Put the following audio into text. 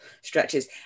stretches